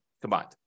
combined